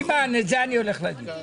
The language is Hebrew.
אימאן, על זה אני הולך להצביע.